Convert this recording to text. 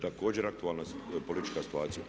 Također aktualna politička situacija.